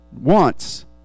wants